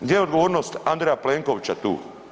Gdje je odgovornost Andreja Plenkovića tu?